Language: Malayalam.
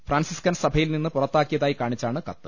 ഫ്രാൻസിസ്കൻ സഭയിൻ നിന്ന് പുറത്താ ക്കിയതായി കാണിച്ചാണ് കത്ത്